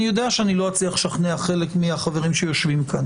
אני יודע שאני לא אצליח לשכנע חלק מהחברים שיושבים כאן